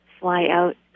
fly-out